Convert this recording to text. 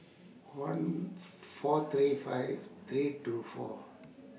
one four three five three two four